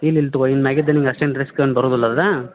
ಇಲ್ಲ ಇಲ್ಲ ತೊಗೋ ಇನ್ನು ಮ್ಯಾಗಿದ್ ನಿಂಗೆ ಅಷ್ಟೇನೂ ರಿಸ್ಕೇನು ಬರೋದಿಲ್ಲ ಅಲ್ವಾ